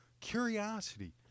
Curiosity